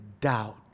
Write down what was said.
doubt